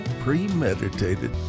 premeditated